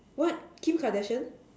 what Kim-Kardashian